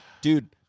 dude